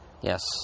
Yes